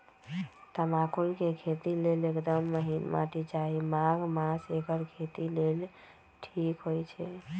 तमाकुल के खेती लेल एकदम महिन माटी चाहि माघ मास एकर खेती लेल ठीक होई छइ